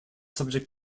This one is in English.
subject